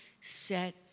set